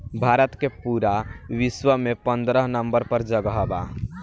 भारत के पूरा विश्व में पन्द्रह नंबर पर जगह बा